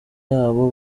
yabo